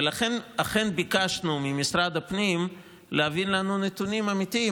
ולכן אכן ביקשנו ממשרד הפנים להביא לנו נתונים אמיתיים.